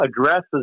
addresses